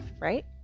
right